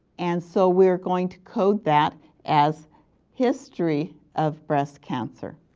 and so we are going to code that as history of breast cancer.